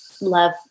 love